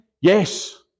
Yes